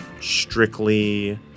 strictly